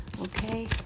Okay